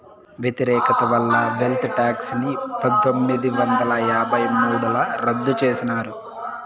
వ్యతిరేకత వల్ల wealth tax ని పందొమ్మిది వందల యాభై మూడుల రద్దు చేసినారు